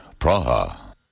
Praha